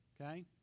okay